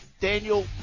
Daniel